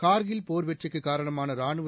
கார்கில் போர் வெற்றிக்கு காரணமான ராணுவ